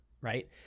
right